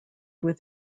with